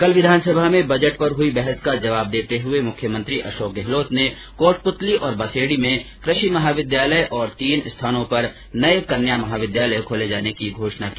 कल विधानसभा में बजट पर हुई बहस का जवाब देते हुए मुख्यमंत्री अशोक गहलोत ने कोटपूतली और बसेड़ी में कृषि महाविद्यालय और तीन स्थानों पर नये कन्या महाविद्यालय खोले जाने की घोषणा की